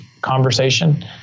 conversation